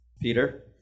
Peter